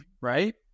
right